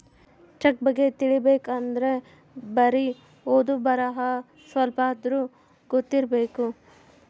check ಬಗ್ಗೆ ತಿಲಿಬೇಕ್ ಅಂದ್ರೆ ಬರಿ ಓದು ಬರಹ ಸ್ವಲ್ಪಾದ್ರೂ ಗೊತ್ತಿರಬೇಕು